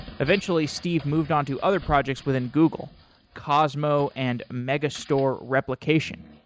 eventually, steve moved on to other projects within google cosmo and megastore replication.